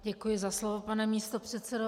Děkuji za slovo pane místopředsedo.